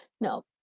no